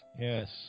Yes